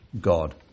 God